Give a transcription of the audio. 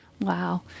Wow